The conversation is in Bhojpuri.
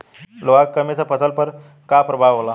लोहा के कमी से फसल पर का प्रभाव होला?